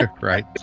Right